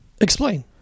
Explain